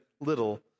little